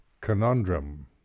conundrum